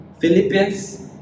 Philippians